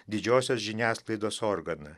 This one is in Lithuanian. didžiosios žiniasklaidos organą